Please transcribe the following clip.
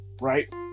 right